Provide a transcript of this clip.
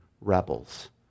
rebels